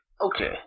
okay